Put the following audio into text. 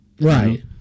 right